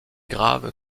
grave